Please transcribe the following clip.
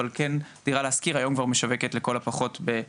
אבל כן אני אגיד שפרויקט "דירה להשכיר" היום כבר משווקת לכל הפחות ברוב